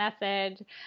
message